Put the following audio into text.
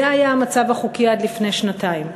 זה היה המצב החוקי עד לפני שנתיים.